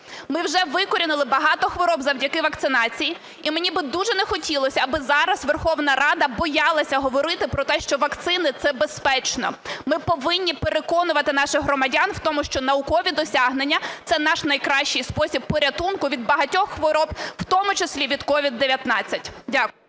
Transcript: Ми вже викорінили багато хвороб завдяки вакцинації, і мені би дуже не хотілося, аби зараз Верховна Рада боялася говорити про те, що вакцини – це безпечно. Ми повинні переконувати наших громадян в тому, що наукові досягнення – це наш найкращий спосіб порятунку від багатьох хвороб, у тому числі від COVID-19. Дякую.